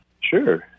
Sure